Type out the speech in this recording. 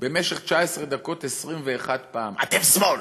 במשך 19 דקות 21 פעם: אתם שמאל,